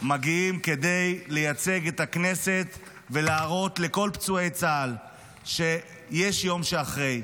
כדי לייצג את הכנסת ולהראות לכל פצועי צה"ל שיש יום שאחרי,